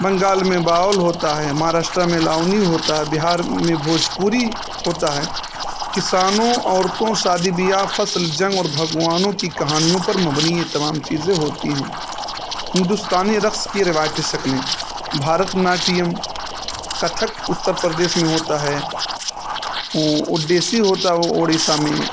بنگال میں باول ہوتا ہے مہاراشٹرا میں لاؤنی ہوتا ہے بہار میں بھوجپوری ہوتا ہے کسانوں عورتوں شادی بیاہ فصل جنگ اور بھگوانوں کی کہانیوں پر مبنی یہ تمام چیزیں ہوتی ہیں ہندوستانی رقص کی روایتی شکلیں بھارت ناٹیم کتھک اتر پردیش میں ہوتا ہے اوڈیسی ہوتا وہ اڑیسہ میں